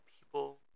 people